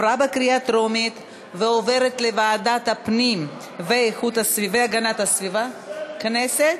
לוועדה שתקבע ועדת הכנסת